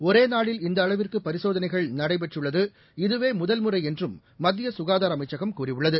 ஒரேநாளில் இந்தஅளவிற்குபரிசோதனைகள் நடைபெற்றுள்ளது இதுவேமுதல்முறைஎன்றும் மத்தியசுகாதாரஅமைச்சகம் கூறியுள்ளது